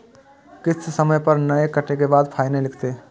किस्त समय पर नय कटै के बाद फाइनो लिखते?